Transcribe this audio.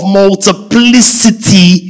multiplicity